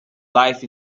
life